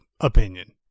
opinion